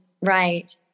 right